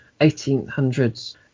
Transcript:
1800s